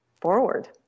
forward